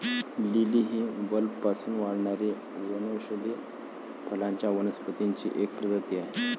lily ही बल्बपासून वाढणारी वनौषधी फुलांच्या वनस्पतींची एक प्रजाती आहे